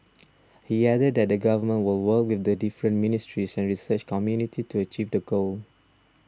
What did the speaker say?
he added that the Government will work with the different ministries and research community to achieve the goal